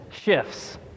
shifts